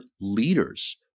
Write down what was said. leaders